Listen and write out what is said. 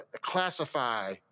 classify